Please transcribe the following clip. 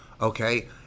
Okay